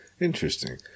Interesting